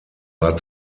war